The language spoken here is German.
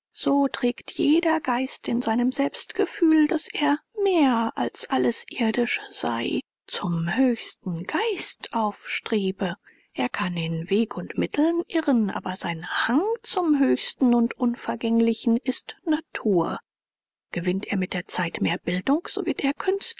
so trägt jeder geist in seinem selbstgefühl daß er mehr als alles irdische sei zum höchsten geist aufstrebe er kann in weg und mitteln irren aber sein hang zum höchsten und unvergänglichen ist natur gewinnt er mit der zeit mehr bildung so wird er